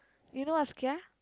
you know what's kia